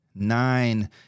nine